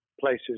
places